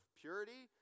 purity